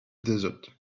desert